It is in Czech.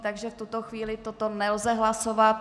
Takže v tuto chvíli toto nelze hlasovat.